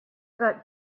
got